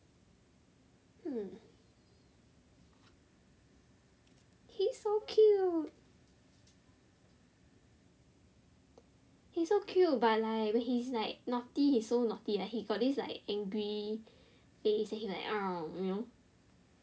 mm he is so cute he is so cute but like when he is like naughty he is so naughty like he got this like angry face then he is like